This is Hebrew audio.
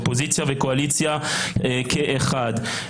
אופוזיציה וקואליציה כאחד,